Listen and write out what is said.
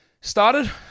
started